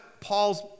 paul's